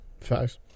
Facts